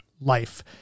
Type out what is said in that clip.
life